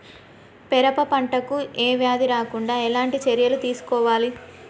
పెరప పంట కు ఏ వ్యాధి రాకుండా ఎలాంటి చర్యలు తీసుకోవాలి?